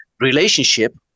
relationship